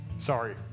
sorry